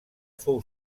fou